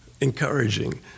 encouraging